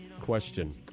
question